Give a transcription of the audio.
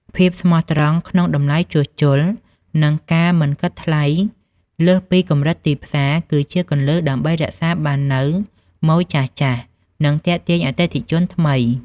ភាពស្មោះត្រង់ក្នុងតម្លៃជួសជុល និងការមិនគិតថ្លៃលើសពីកម្រិតទីផ្សារ គឺជាគន្លឹះដើម្បីរក្សាបាននូវម៉ូយចាស់ៗ និងទាក់ទាញអតិថិជនថ្មី។